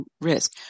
risk